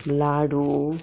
लाडू